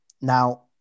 Now